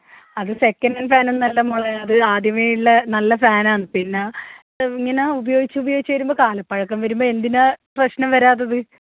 അത് second hand fan ഒന്നു അല്ല മോളേ അത് ആദ്യമേ ഉള്ള നല്ല ഫാൻ ആണ് പിന്നെ ഇങ്ങന ഉപയോഗിച്ച് ഉപയോഗിച്ച് വരുമ്പോൾ കാലപ്പഴക്കം വരുമ്പോൾ എന്തിനാ പ്രശ്നം വരാത്തത്